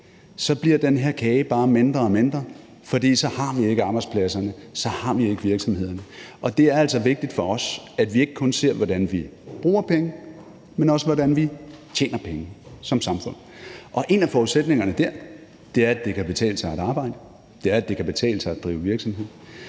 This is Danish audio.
så bliver den her kage bare mindre og mindre, for så har vi ikke arbejdspladserne, og så har vi ikke virksomhederne. Og det er altså vigtigt for os, at vi ikke kun ser på, hvordan vi bruger penge, men også på, hvordan vi tjener penge som samfund, og en af forudsætningerne dér er, at det kan betale sig at arbejde, og at det kan betale sig at drive virksomhed,